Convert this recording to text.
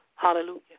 Hallelujah